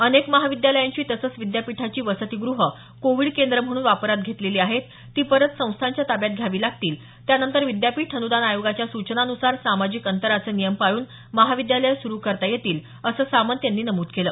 अनेक महाविद्यालयांची तसंच विद्यापीठाची वसतीगृहं कोविड केंद्र म्हणून वापरात घेतलेली आहेत ती परत संस्थांच्या ताब्यात घ्यावी लागतील त्यानंतर विद्यापीठ अनुदान आयोगाच्या सूचनांनुसार सामाजिक अंतराचे नियम पाळून महाविद्यालयं सुरू करता येतील असं सामंत यांनी नमूद केलं